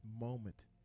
moment